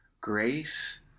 grace